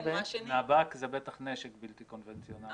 נב"ק זה בטח נשק בלתי קונבנציונאלי.